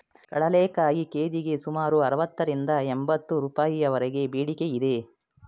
ಕಡಲೆಕಾಯಿ ಕೆ.ಜಿಗೆ ಸುಮಾರು ಅರವತ್ತರಿಂದ ಎಂಬತ್ತು ರೂಪಾಯಿವರೆಗೆ ಬೇಡಿಕೆ ಇದೆ